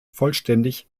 vollständig